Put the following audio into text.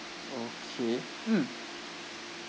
okay mm